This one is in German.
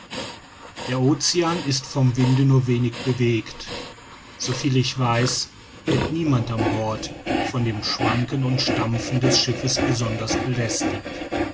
der ocean ist vom winde nur wenig bewegt so viel ich weiß wird niemand an bord von dem schwanken und stampfen des schiffes besonders belästigt